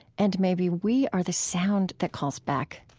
and maybe we are the sound that calls back.